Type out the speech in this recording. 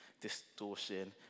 distortion